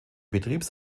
betriebs